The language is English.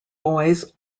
boys